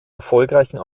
erfolgreichen